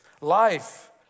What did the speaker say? Life